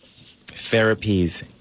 therapies